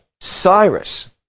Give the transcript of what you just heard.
Cyrus